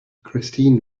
christine